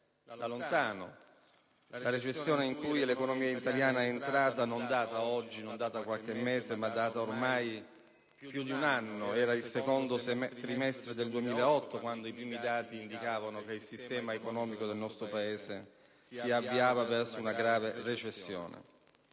da lontano. La recessione in cui l'economia italiana è entrata non data oggi, non data qualche mese, ma data ormai più di un anno. Era il secondo trimestre del 2008 quando i primi dati indicavano che il sistema economico del nostro Paese si avviava verso una grave recessione.